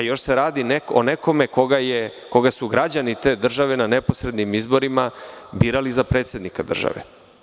Još se radi o nekome koga su građani te države na neposrednim izborima birali za predsednika države.